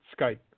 Skype